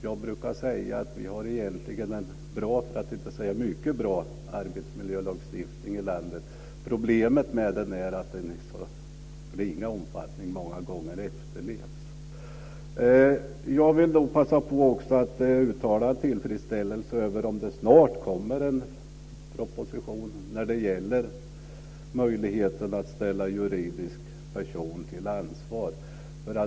Jag brukar säga att vi har en mycket bra arbetsmiljölagstiftning i landet. Problemet med den är att den i så ringa omfattning efterlevs. Jag vill också passa på att uttala tillfredsställelse över att det snart kommer en proposition angående möjligheten att ställa juridiska personer till ansvar.